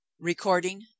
Recording